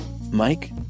Mike